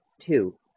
two